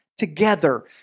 together